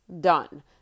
done